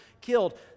killed